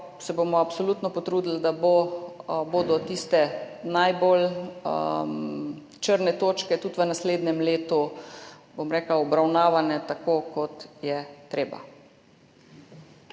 se bomo absolutno potrudili, da bo bodo tiste najbolj črne točke tudi v naslednjem letu obravnavane tako, kot je treba.